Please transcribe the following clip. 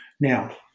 Now